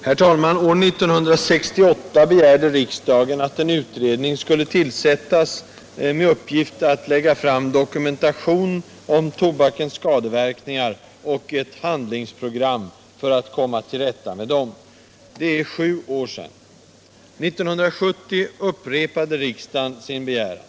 Herr talman! År 1968 begärde riksdagen att en utredning skulle tillsättas med uppgift att lägga fram dokumentation om tobakens skadeverkningar och ett handlingsprogram för att komma till rätta med dem. Det är sju år sedan. År 1970 upprepade riksdagen sin begäran.